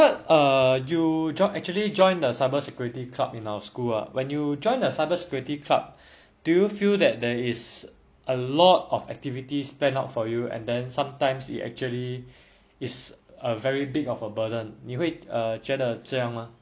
err you job actually joined the cyber security club in our school ah when you joined their cyber security club do you feel that there is a lot of activities planned out for you and then sometimes it actually is a very big of a burden 你会觉得这样 mah